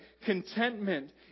Contentment